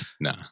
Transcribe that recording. No